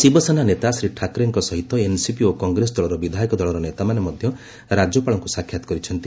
ଶିବାସେନା ନେତା ଶ୍ରୀ ଠାକ୍ରେଙ୍କ ସହିତ ଏନ୍ସିପି ଓ କଂଗ୍ରେସ ଦଳର ବିଧାୟକ ଦଳର ନେତାମାନେ ମଧ୍ୟ ରାଜ୍ୟପାଳଙ୍କୁ ସାକ୍ଷାତ୍ କରିଛନ୍ତି